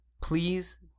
Please